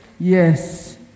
Yes